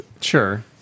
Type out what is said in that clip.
Sure